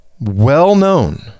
well-known